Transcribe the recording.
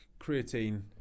creatine